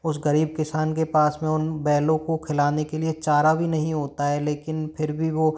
उस गरीब किसान के पास उन बैलों को खिलाने के लिए चारा भी नहीं होता है लेकिन फिर भी वो